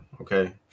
okay